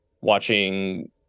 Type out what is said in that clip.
watching